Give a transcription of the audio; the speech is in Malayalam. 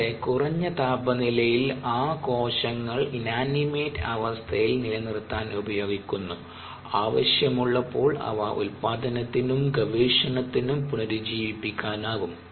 കൂടാതെ കുറഞ്ഞ താപനിലയിൽ ആ കോശങ്ങൾ ഇന്നാനിമേറ്റ് അവസ്ഥയിൽ നിലനിർത്താൻ ഉപയോഗിക്കുന്നു ആവശ്യമുള്ളപ്പോൾ അവ ഉത്പാദനത്തിനും ഗവേഷണത്തിനും പുനരുജ്ജീവിപ്പിക്കാനാകും